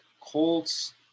Colts